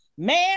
Man